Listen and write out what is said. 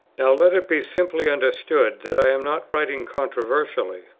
now let it be simply understood that i am not writing controversially,